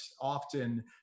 often